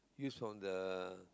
use from the